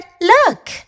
look